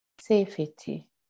Safety